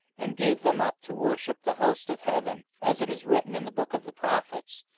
and gave them up to worship the host of heaven as it is written in the book of the prophets,